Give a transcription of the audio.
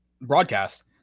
broadcast